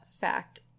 fact